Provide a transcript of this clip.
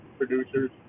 producers